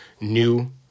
new